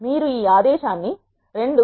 మీరు ఈ ఆదేశాన్ని 2